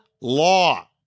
law